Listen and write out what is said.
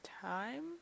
time